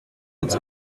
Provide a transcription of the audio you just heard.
fits